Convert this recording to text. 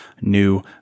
new